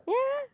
yeah